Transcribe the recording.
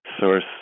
source